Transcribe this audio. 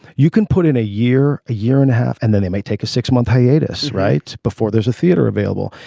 you can put in a year a year and a half and then they may take a six month hiatus right before there's a theater available.